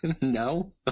no